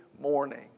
morning